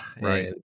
right